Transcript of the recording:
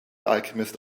alchemist